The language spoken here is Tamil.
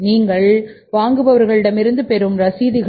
நீங்கள் வாங்குபவர்களிடமிருந்து பெறும் ரசீதுகள்